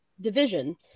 division